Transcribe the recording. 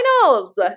finals